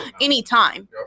Anytime